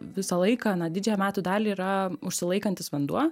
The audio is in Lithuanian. visą laiką na didžiąją metų dalį yra užsilaikantis vanduo